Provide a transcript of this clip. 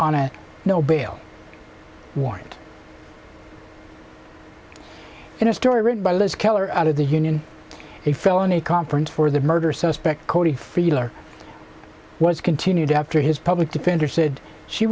on a no bail warrant in a story written by liz keller out of the union a felony conference for the murder suspect cody feeler was continued after his public defender said she